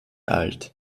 alt